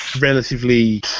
relatively